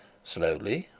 slowly,